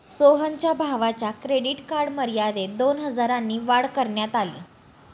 सोहनच्या भावाच्या credit card मर्यादेत दोन हजारांनी वाढ करण्यात आली